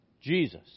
Jesus